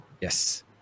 Yes